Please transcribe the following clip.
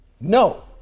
No